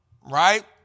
right